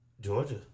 Georgia